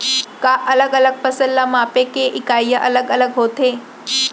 का अलग अलग फसल ला मापे के इकाइयां अलग अलग होथे?